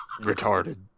Retarded